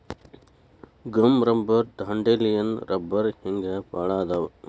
gum rubber dandelion ರಬ್ಬರ ಹಿಂಗ ಬಾಳ ಅದಾವ